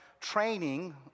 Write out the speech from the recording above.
training